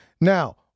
Now